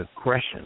aggression